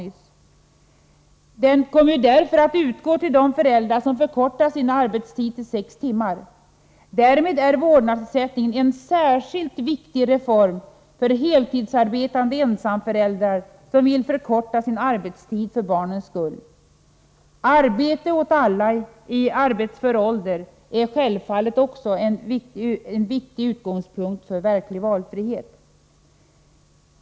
Ersättningen kommer därför att utgå till de föräldrar som förkortar sin arbetstid till sex timmar. Därmed är vårdnadsersättningen en särskilt viktig reform för heltidsarbetande ensamföräldrar som vill förkorta sin arbetstid för barnens skull. Arbete åt alla i arbetsför ålder är självfallet också en viktig utgångspunkt för verklig valfrihet.